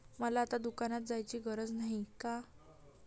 मला आता दुकानात जायची गरज नाही का?